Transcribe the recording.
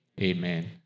Amen